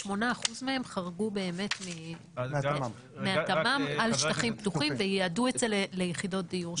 8% מהם חרגו מהתמ"מ על שטחים פתוחים וייעדו את זה ליחידות דיור.